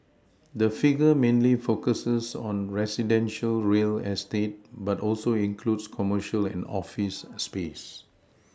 the figure mainly focuses on residential real estate but also includes commercial and office space